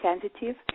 sensitive